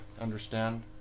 understand